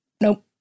nope